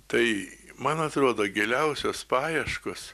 tai man atrodo giliausios paieškos